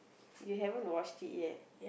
you haven't watched it yet